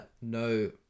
No